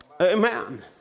Amen